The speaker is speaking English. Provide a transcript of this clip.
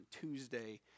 Tuesday